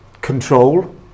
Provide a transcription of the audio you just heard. control